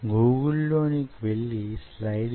ఈ భాగం అవి కలిసేవి